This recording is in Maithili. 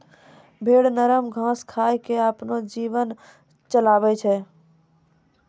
भेड़ नरम घास खाय क आपनो जीवन चलाबै छै